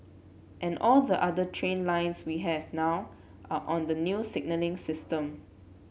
and all the other train lines we have now are on the new signalling system